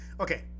Okay